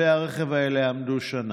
כלי הרכב האלה עמדו שנה.